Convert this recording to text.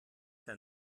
der